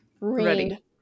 Ready